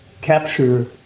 capture